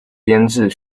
编制